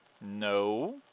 No